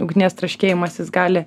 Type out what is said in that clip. ugnies traškėjimas jis gali